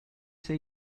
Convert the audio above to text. say